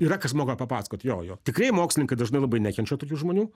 yra kas moka papasakot jo jo tikrai mokslininkai dažnai labai nekenčia tokių žmonių